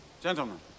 Gentlemen